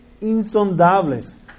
Insondables